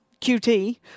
QT